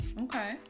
Okay